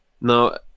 now